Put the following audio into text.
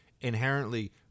inherently